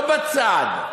לא בצד?